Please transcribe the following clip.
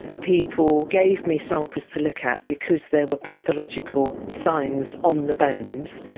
people gave me samples to look at because they were pathological signs on the bones.